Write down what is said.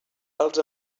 els